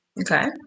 Okay